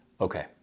Okay